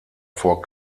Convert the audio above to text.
vor